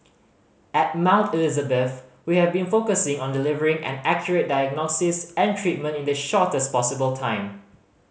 at Mount Elizabeth we have been focusing on delivering an accurate diagnosis and treatment in the shortest possible time